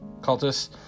cultists